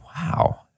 wow